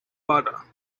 butter